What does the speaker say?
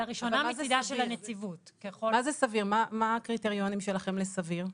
מה זה סביר?